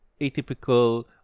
atypical